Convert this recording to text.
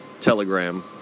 Telegram